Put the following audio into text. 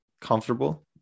comfortable